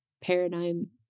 paradigm